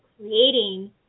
creating